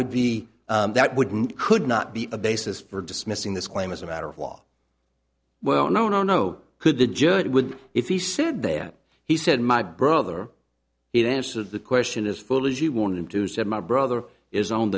would be that wouldn't could not be a basis for dismissing this claim as a matter of law well no no no could the judge would if he said that he said my brother it answers the question as fully as you want him to said my brother is o